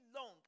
long